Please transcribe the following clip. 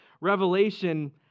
Revelation